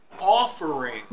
offering